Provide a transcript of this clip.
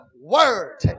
word